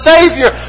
Savior